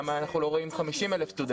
למה אנחנו לא רואים 50,000 סטודנטים?